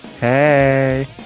Hey